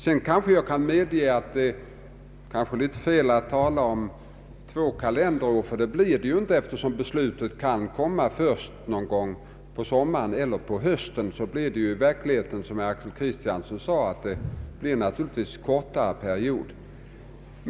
Jag kanske kan medge att det är litet fel att tala om två kalenderår. Det blir det ju inte, eftersom beslutet kan komma först någon gång på sommaren eller på hösten. Som herr Axel Kristiansson sade, blir det i verkligheten en kortare period.